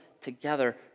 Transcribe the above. together